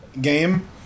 game